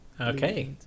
Okay